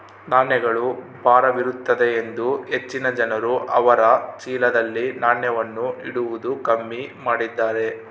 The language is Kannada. ನಾಣ್ಯಗಳು ಭಾರವಿರುತ್ತದೆಯೆಂದು ಹೆಚ್ಚಿನ ಜನರು ಅವರ ಚೀಲದಲ್ಲಿ ನಾಣ್ಯವನ್ನು ಇಡುವುದು ಕಮ್ಮಿ ಮಾಡಿದ್ದಾರೆ